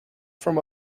from